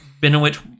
Benoit